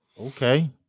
Okay